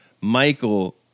Michael